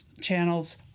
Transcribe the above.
channels